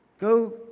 go